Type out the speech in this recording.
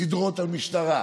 סדרות על משטרה,